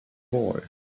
boy